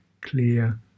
clear